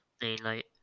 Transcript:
daylight